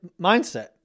mindset